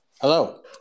hello